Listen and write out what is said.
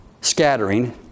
scattering